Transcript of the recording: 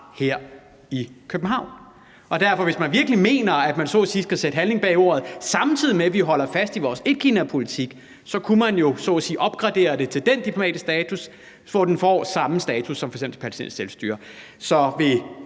her i København. Derfor: Hvis man virkelig mener, at man skal sætte handling bag ordene, samtidig med at vi holder fast i vores etkinapolitik, så kunne man jo så at sige opgradere det til den diplomatiske status, hvor det får samme status som f.eks. det palæstinensiske selvstyre. Så vil